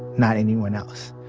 not anyone else.